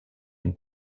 dem